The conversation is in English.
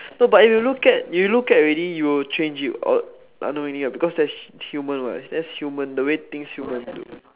no but if you look at you look at already you will change it or because that's human what that's human the way things humans do